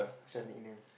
what's your nickname